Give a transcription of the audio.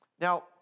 Now